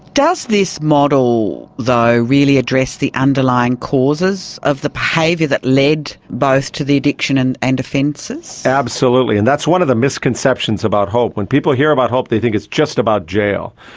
does this model though really address the underlying causes of the behaviour that led both to the addiction and the and offences? absolutely, and that's one of the misconceptions about hope, when people hear about hope they think it's just about jail.